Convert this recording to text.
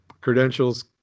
Credentials